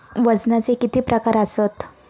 वजनाचे किती प्रकार आसत?